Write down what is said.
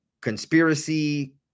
Conspiracy